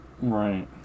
Right